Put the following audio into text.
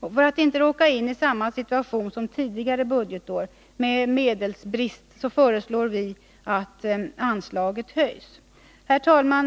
För att man inte skall råka in i samma situation som tidigare budgetår, med medelsbrist, föreslår vi att anslagen höjs. Fru talman!